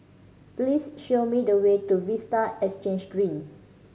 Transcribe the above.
please show me the way to Vista Exhange Green